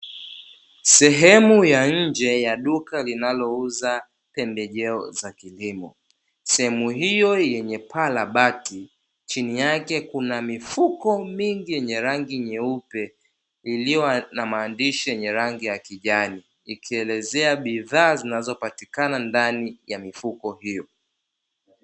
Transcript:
Sehemu ya nje ya duka linalouza pembejeo za kilimo, sehemu hiyo yenye paa la bati chini yake kuna mifuko mingi yenye rangi nyeupe, iliyo na maandishi yenye rangi ya kijani ikielezea bidhaa zinazopatikana ndani ya mifuko hiyo.